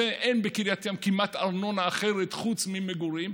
אין בקריית ים כמעט ארנונה אחרת חוץ ממגורים.